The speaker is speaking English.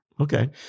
Okay